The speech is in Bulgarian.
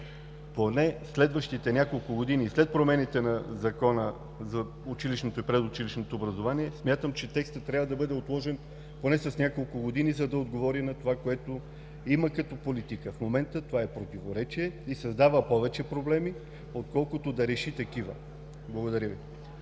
В следващите няколко години след промените на Закона за училищното и предучилищното образование смятам, че текстът трябва да бъде отложен поне с няколко години, за да отговори на това, което има като политика. В момента това е противоречие и създава повече проблеми, отколкото да реши такива. Благодаря Ви.